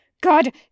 God